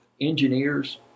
engineers